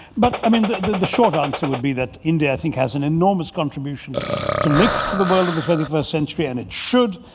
but, i mean, the the short answer would be that india i think has an enormous contribution to make to the world of the twenty first century, and it should.